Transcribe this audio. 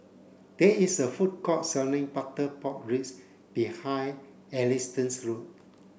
there is a food court selling butter pork ribs behind Ernestine's house